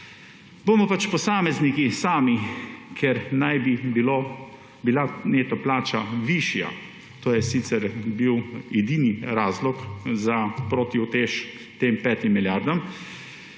Bomo pač posamezniki sami, ker naj bi bila neto plača višja, to je sicer bil edini razlog za protiutež tem petim milijardam,